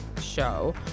show